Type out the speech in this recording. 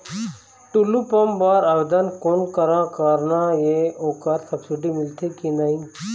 Tullu pump बर आवेदन कोन करा करना ये ओकर सब्सिडी मिलथे की नई?